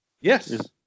Yes